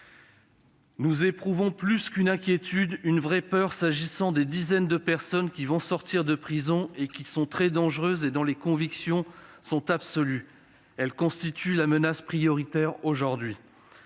Nous éprouvons « plus qu'une inquiétude, une vraie peur » s'agissant « des dizaines de personnes qui vont sortir de prison, qui sont très dangereuses et dont les convictions sont absolues. Elles constituent la menace prioritaire aujourd'hui